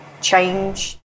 change